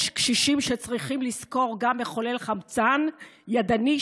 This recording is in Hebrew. יש קשישים שצריכים לשכור גם מחולל חמצן ידני,